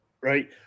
right